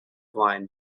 blind